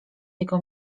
jego